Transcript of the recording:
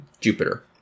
Jupiter